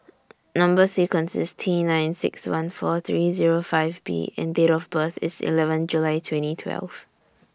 Number sequence IS T nine six one four three five B and Date of birth IS eleven July twenty twelve